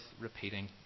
repeating